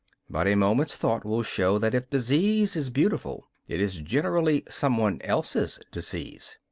but a moment's thought will show that if disease is beautiful, it is generally some one else's disease.